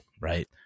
right